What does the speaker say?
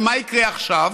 ומה יקרה עכשיו?